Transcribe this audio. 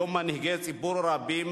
היום, מנהיגי ציבור רבים,